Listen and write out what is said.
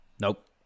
Nope